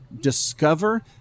discover